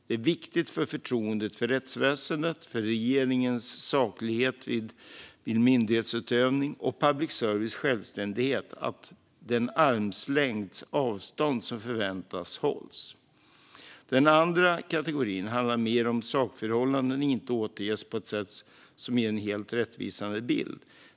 Det är viktigt för förtroendet för rättsväsendet, regeringens saklighet vid myndighetsutövning och public services självständighet att det armlängds avstånd som förväntas hållas också hålls. Den andra kategorin handlar mer om att sakförhållanden inte återges på ett sätt som ger en helt rättvisande bild.